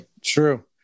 True